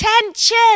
attention